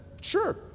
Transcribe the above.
sure